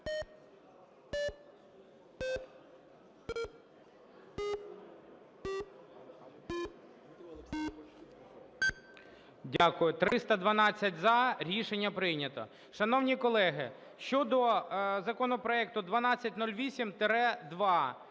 Дякую. Рішення прийнято. Шановні колеги, щодо законопроекту 1208-2.